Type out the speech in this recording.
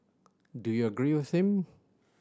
do you agree with him